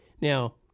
Now